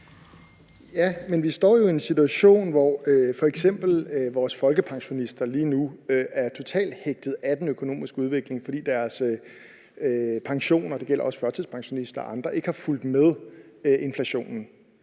Ja, men vi står jo i en situation, hvor f.eks. vores folkepensionister lige nu er totalt hægtet af den økonomiske udvikling, fordi deres pension, og det gælder også førtidspensionister og andre, ikke er fulgt med inflationen.